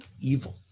evil